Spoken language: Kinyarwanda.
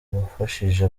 wafashije